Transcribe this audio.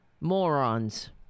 morons